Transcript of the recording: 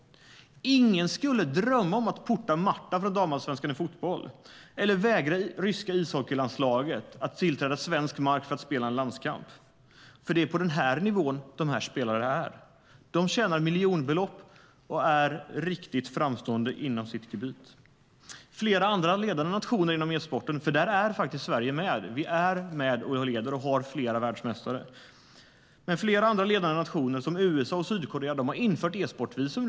Ingen skulle drömma om att porta Marta från damallsvenskan i fotboll eller att vägra ryska ishockeylandslaget tillträde till svensk mark för att spela en landskamp. Det är på den nivån som spelarna är. De tjänar miljonbelopp och är riktigt framstående inom sitt gebit. Sverige är bland de ledande nationerna inom e-sporten. Vi är med och leder och har flera världsmästare. Flera andra ledande nationer som USA och Sydkorea har redan infört e-sportvisum.